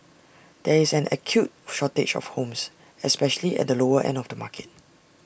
there is an acute shortage of homes especially at the lower end of the market